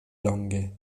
longe